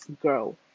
grow